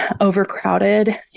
overcrowded